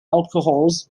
alcohols